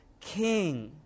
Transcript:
king